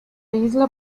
isla